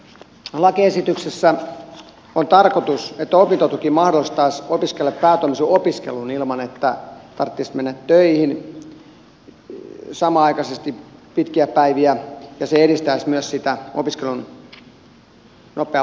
tässä lakiesityksessä on tarkoitus että opintotuki mahdollistaisi opiskelijalle päätoimisen opiskelun ilman että tarvitsisi mennä töihin samanaikaisesti tehdä pitkiä päiviä ja se edistäisi myös sitä opiskelun nopeaa valmistumista